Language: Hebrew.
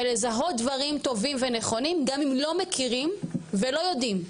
ולזהות דברים טובים ונכונים גם אם לא מכירים ולא יודעים.